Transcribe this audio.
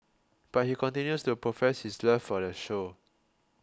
but he continues to profess his love for the show